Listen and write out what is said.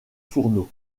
fourneaux